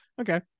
okay